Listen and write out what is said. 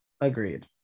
Agreed